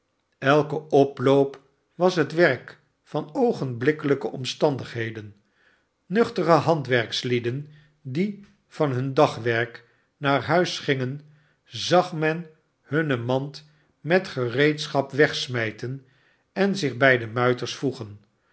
elke oploop was het werk van oogenblikkelijke omstandigheden nuchtere handwerkslieden die van hun dagwerk naar huis gmgen zag men hunne mand met gereedschap wegsmnten en zich bij de muiters voegen